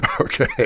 okay